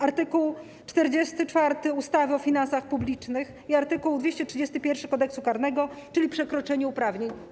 Art. 44 ustawy o finansach publicznych i art. 231 Kodeksu karnego, czyli przekroczenie uprawnień.